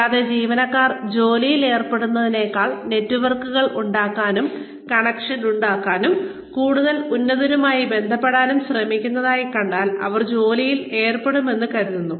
കൂടാതെ ജീവനക്കാർ ജോലിയിൽ ഏർപ്പെടുന്നതിനേക്കാൾ നെറ്റ്വർക്കുകൾ ഉണ്ടാക്കാനും കണക്ഷനുകൾ ഉണ്ടാക്കാനും കൂടുതൽ ഉന്നതരുമായി ബന്ധപ്പെടാനും ശ്രമിക്കുന്നതായി കണ്ടാൽ അവർ ജോലിയിൽ ഏർപ്പെടുമെന്ന് കരുതുന്നു